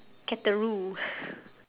cataroo